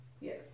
Yes